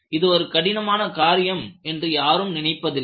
இது ஒரு கடினமான காரியம் என்று யாரும் நினைப்பதில்லை